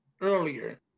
earlier